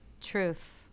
truth